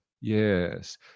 Yes